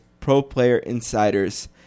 ProPlayerInsiders